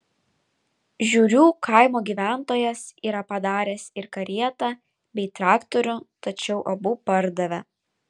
žiurių kaimo gyventojas yra padaręs ir karietą bei traktorių tačiau abu pardavė